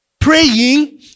praying